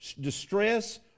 distress